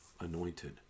anointed